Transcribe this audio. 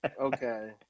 Okay